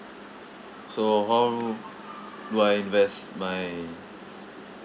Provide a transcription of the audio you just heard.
so how do I invest my